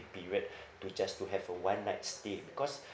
period to just to have a one night stay because